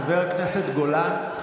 חבר הכנסת גולן,